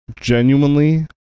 Genuinely